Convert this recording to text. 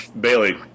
Bailey